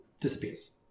disappears